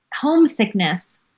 homesickness